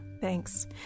Thanks